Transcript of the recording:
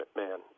man